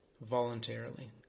voluntarily